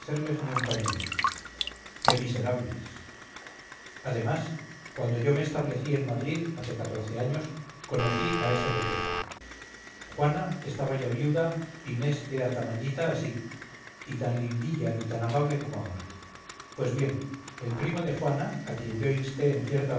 ni un pañuelo qué miserables además cuando yo me establecí en madrid hace catorce años conocí a ese requejo juana estaba ya viuda inés era tamañita así y tan lindilla y tan amable como ahora pues bien el primo de juana a quien yo insté en cierta